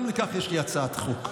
גם לכך יש לי הצעת חוק.